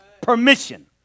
Permission